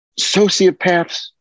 sociopaths